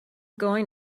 going